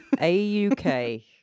A-U-K